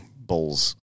bulls